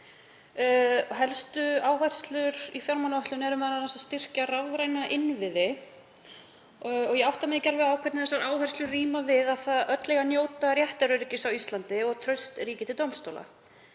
Helstu áherslur í fjármálaáætlun eru m.a. að styrkja rafræna innviði. Ég átta mig ekki alveg á því hvernig þær áherslur ríma við að öll eigi að njóta réttaröryggis á Íslandi og traust ríki til dómstóla.